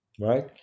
right